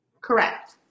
correct